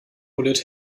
poliert